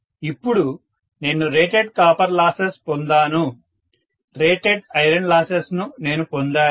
ఇప్పుడు నేను rated copper losses పొందాను రేటెడ్ ఐరన్ లాసెస్ ను నేను పొందాను